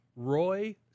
Roy